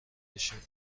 بشیم